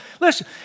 Listen